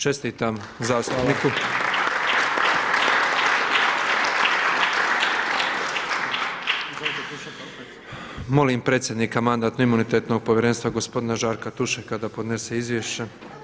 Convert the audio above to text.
Čestitam zastupniku. … Molim predsjednika Mandatno-imunitetnog povjerenstva gospodina Žarka Tušeka da podnese izvješće.